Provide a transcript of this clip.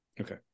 Okay